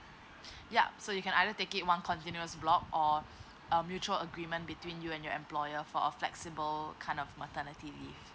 ya so you can either take it one continuous block or uh mutual agreement between you and your employer for a flexible kind of maternity leave